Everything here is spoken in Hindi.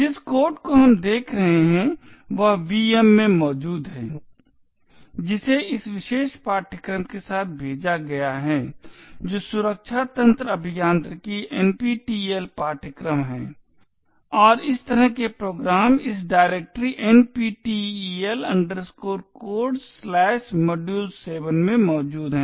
जिस कोड को हम देख रहे हैं वह VM में मौजूद है जिसे इस विशेष पाठ्यक्रम के साथ भेजा गया है जो सुरक्षा तंत्र अभियांत्रिकी NPTEL पाठ्यक्रम है और इस तरह के प्रोग्राम इस डायरेक्टरी NPTEL Codesmodule7 में मौजूद है